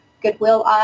goodwill